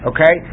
Okay